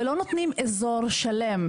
ולא נותנים אזור שלם.